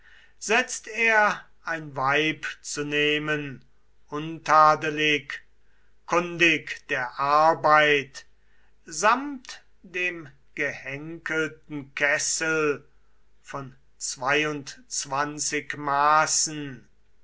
setzt er ein weib zu nehmen untadelig kundig der arbeit samt dem gehenkelten kessel von zweiundzwanzig maßen